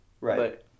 Right